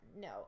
no